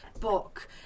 book